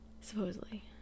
Supposedly